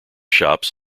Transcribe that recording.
shops